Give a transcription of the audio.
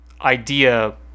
idea